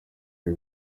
ari